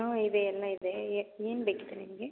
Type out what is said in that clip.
ಹ್ಞೂ ಇದೆ ಎಲ್ಲ ಇದೆ ಏನು ಬೇಕಿತ್ತು ನಿಮಗೆ